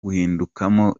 guhindukamo